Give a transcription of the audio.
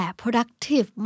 productive